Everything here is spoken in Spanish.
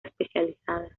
especializada